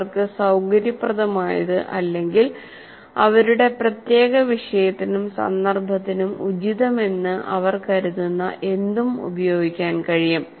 അവർക്ക് സൌകര്യപ്രദമായത് അല്ലെങ്കിൽ അവരുടെ പ്രത്യേക വിഷയത്തിനും സന്ദർഭത്തിനും ഉചിതമെന്ന് അവർ കരുതുന്ന എന്തും ഉപയോഗിക്കാൻ കഴിയും